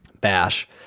bash